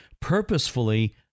purposefully